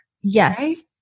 Yes